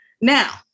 Now